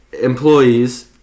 employees